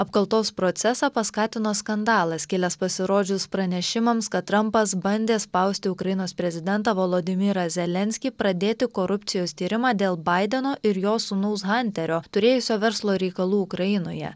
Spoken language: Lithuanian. apkaltos procesą paskatino skandalas kilęs pasirodžius pranešimams kad trampas bandė spausti ukrainos prezidentą volodymyrą zelenskį pradėti korupcijos tyrimą dėl baideno ir jo sūnaus hanterio turėjusio verslo reikalų ukrainoje